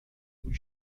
بوی